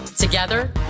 Together